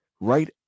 right